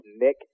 nick